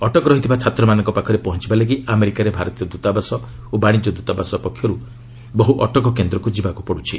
ଅଟକ ରହିଥିବା ଛାତ୍ରମାନଙ୍କ ପାଖରେ ପହଞ୍ଚିବା ଲାଗି ଆମେରିକାରେ ଭାରତୀୟ ଦୂତାବାସ ଓ ବାଣିଜ୍ୟ ଦୂତାବାସ ପକ୍ଷରୁ ବହୁ ଅଟକ କେନ୍ଦ୍ରକୁ ଯିବାକୁ ପଡ଼ିଛି